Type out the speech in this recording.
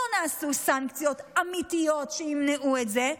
לא נעשו סנקציות אמיתיות שימנעו את זה,